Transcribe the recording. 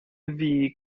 wie